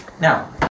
Now